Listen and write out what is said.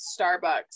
Starbucks